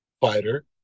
fighter